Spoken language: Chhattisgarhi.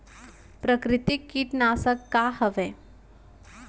प्राकृतिक कीटनाशक का हवे?